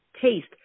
taste